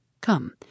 Come